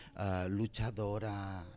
luchadora